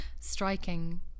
striking